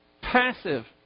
passive